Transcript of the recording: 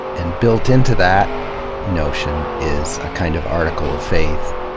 and built into that notion is a kind of article of faith,